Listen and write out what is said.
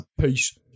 peace